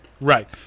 Right